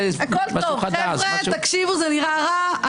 חבר'ה, זה נראה רע.